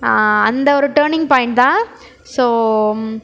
அந்த ஒரு turning point தான் ஸோ